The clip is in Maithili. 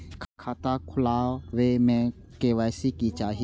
खाता खोला बे में के.वाई.सी के चाहि?